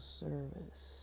service